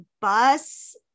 bus